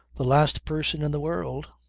the last person in the world.